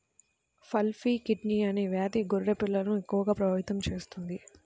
pulpy kidney అనే వ్యాధి గొర్రె పిల్లలను ఎక్కువగా ప్రభావితం చేస్తుంది